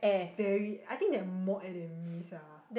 very I think they are more act than me sia